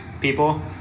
people